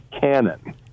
cannon